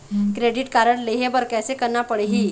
Credit card लेहे बर कैसे करना पड़ही?